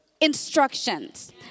instructions